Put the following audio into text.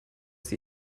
sie